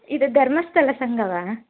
ಇದು ಧರ್ಮಸ್ಥಳ ಸಂಘವಾ